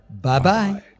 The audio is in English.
Bye-bye